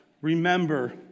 remember